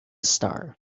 star